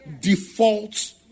default